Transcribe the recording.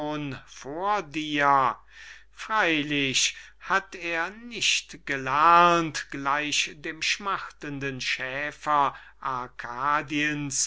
vor dir freylich hat er nicht gelernt gleich dem schmachtenden schäfer